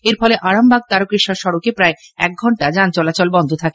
এরফলে আরামবাগ তারকেশ্বর সড়কে প্রায় এক ঘণ্টা যান চলাচল বন্ধ থাকে